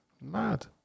Mad